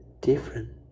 different